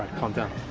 calm down.